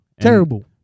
Terrible